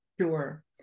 Sure